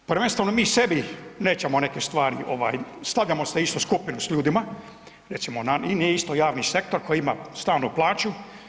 Prvenstveno mi sebi nećemo neke stvari ovaj, stavljamo se u istu skupinu s ljudima, recimo nije isto javni sektor koji ima stalnu plaću.